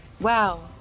Wow